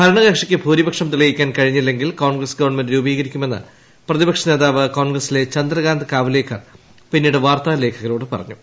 ഭരണകക്ഷിക്ക് ഭൂരിപക്ഷം തെളിയിക്കാൻ കഴിഞ്ഞില്ലെങ്കിൽ കോൺഗ്രസ് ഗവൺമെന്റ് രൂപീകരിക്കുമെന്ന് പ്രതിപക്ഷ നേതാവ് കോൺഗ്രസില്ല് ചുന്ദ്കാന്ത് കാവ്ലേക്കർ പിന്നീട് വാർത്താ ലേഖകരോട് പുറഞ്ഞു